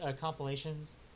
compilations